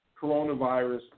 coronavirus